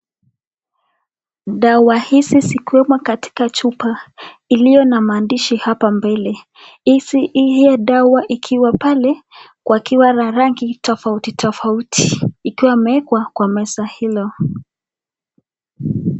Dawa hizi zikiwemo katika chupa iliona maandishi hapa mbele. Hio dawa ikiwa pale ikiwa na rangi tofauti tofauti wakiwa imeekwa kwa meza hilo.